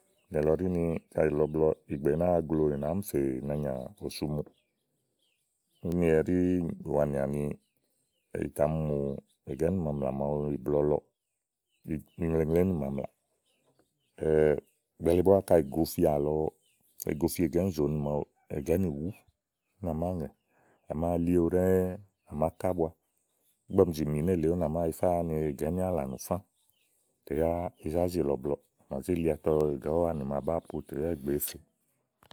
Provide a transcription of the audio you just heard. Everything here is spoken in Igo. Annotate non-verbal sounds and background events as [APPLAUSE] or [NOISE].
Nìlɔ ɖíni kaɖi ì lɔ iblɔ ìgbè nàáa glòò ìnàá zi mì fè nàanya o sumúù úni ɛɖí wàanìà ni ìtà mi mù ègà ínìmaamlà màawu ìblɔ lɔɔ. iŋleŋle ínìmaamlà [HESITATION] kele búá kayi ì gofi àlɔ, kayi ì gofi àlɔ, kayi ì gofi égà íìnzòòni maawu, ègà ínìwú úni màáa ŋɛ̀ a màáa lí éwu ɖɛ́ɛ́ à màá ka ábua ígbɔ ɔmi zì mì nélèe úni à màáa yifá ani ègà ínìalã tèya ì nàáá zi lɔ̀ɔ iblɔɔ̀ yá kɔ ègà úwaanì màa bàáa po yá ìgbè èé fe.